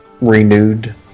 Renewed